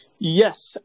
Yes